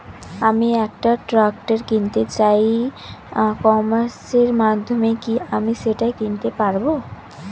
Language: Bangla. আমি একটা ট্রাক্টর কিনতে চাই ই কমার্সের মাধ্যমে কি আমি সেটা কিনতে পারব?